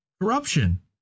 corruption